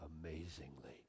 amazingly